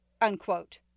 unquote